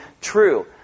true